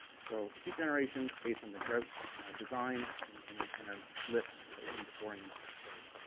so heat generation based on the grout design, and and and and our lifts that we'll be pouring into the facility.